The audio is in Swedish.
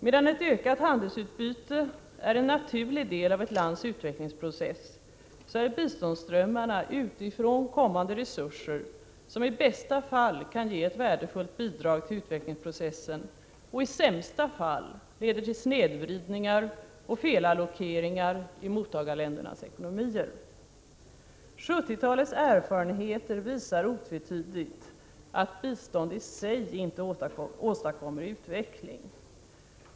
Medan ett ökat handelsutbyte är en naturlig del av ett lands utvecklingsprocess, så är biståndsströmmarna utifrån kommande resurser, som i bästa fall kan ge ett värdefullt bidrag till utvecklingsprocessen och i sämsta fall leder till snedvridningar och felallokeringar i mottagarländernas ekonomier. 1970-talets erfarenheter visar otvetydigt att bistånd i sig inte åstadkommer utveckling.